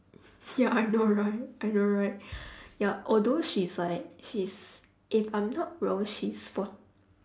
ya I know right I know right yup although she's like she's if I'm not wrong she's fort~